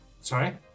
Sorry